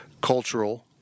cultural